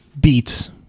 beats